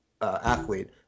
athlete